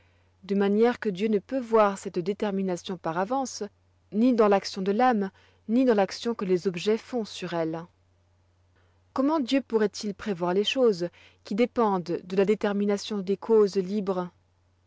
de manière que dieu ne peut voir cette détermination par avance ni dans l'action de l'âme ni dans l'action que les objets font sur elle comment dieu pourroit il prévoir les choses qui dépendent de la détermination des causes libres